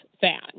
fan